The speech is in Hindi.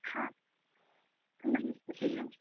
हाँ नहीं